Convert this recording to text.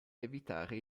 evitare